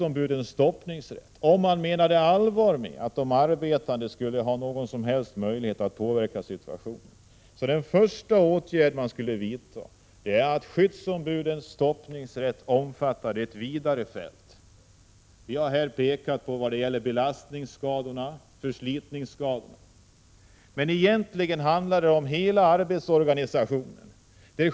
Om man menar allvar med att de arbetande skall ha någon möjlighet att påverka situationen, är den första åtgärd man skall vidta att låta skyddsombudens stoppningsrätt omfatta ett vidare fält. Vi har här pekat på belastningsskador och förslitningsskador, men egentligen handlar det om hela arbetsorganisationen.